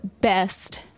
best